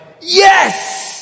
yes